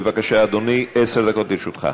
בבקשה, אדוני, עשר דקות לרשותך.